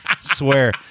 Swear